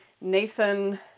Nathan